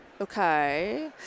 okay